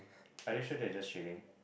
are you sure they're just chilling